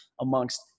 amongst